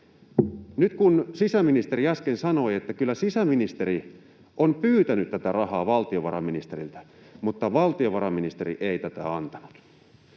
Nyt kun sisäministeri äsken sanoi, että kyllä sisäministeri on pyytänyt tätä rahaa valtiovarainministeriltä [Perussuomalaisten ryhmästä: